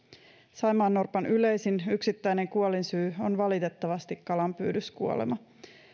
saimaannorpan yleisin yksittäinen kuolinsyy on valitettavasti kalanpyydyskuolema